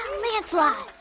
lancelot